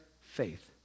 faith